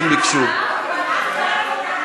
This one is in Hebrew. אתה הורדת